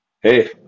Hey